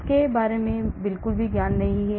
इसके बारे में बिलकुल भी ज्ञान नहीं है